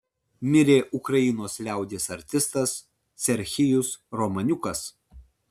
mirė ukrainos liaudies artistas serhijus romaniukas